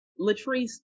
Latrice